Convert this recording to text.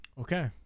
okay